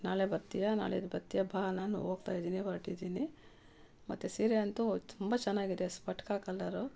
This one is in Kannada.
ನಾಳೆ ಬರ್ತಿಯಾ ನಾಳಿದ್ದು ಬತ್ತಿಯಾ ಬಾ ನಾನು ಹೋಗ್ತಾಯಿದಿನಿ ಹೊರಟಿದ್ದೀನಿ ಮತ್ತು ಸೀರೆ ಅಂತೂ ತುಂಬ ಚೆನ್ನಾಗಿದೆ ಸ್ಪಟಿಕ ಕಲರು